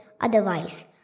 otherwise